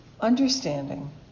understanding